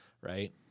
Right